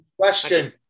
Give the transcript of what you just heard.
Question